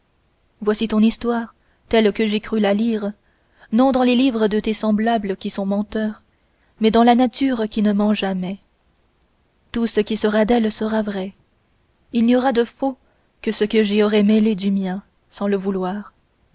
voici ton histoire telle que j'ai cru la lire non dans les livres de tes semblables qui sont menteurs mais dans la nature qui ne ment jamais tout ce qui sera d'elle sera vrai il n'y aura de faux que ce que j'y aurai mêlé du mien sans le vouloir